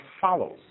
follows